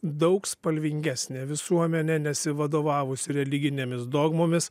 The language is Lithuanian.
daug spalvingesnė visuomenė nesivadovavusi religinėmis dogmomis